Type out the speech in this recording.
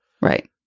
right